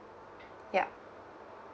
yup